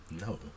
No